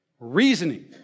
Reasoning